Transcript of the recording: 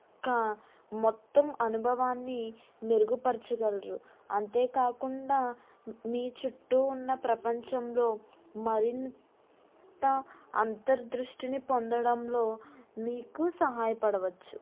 యొక్క మొత్తం అనుభవాన్ని మెరుగుపరచగలరు అంతేకాకుండా మీ చుట్టూ ఉన్న ప్రపంచంలో మరింత అంతర దృష్టిని పొందడంలో మీకు సహాయ పడవచ్చు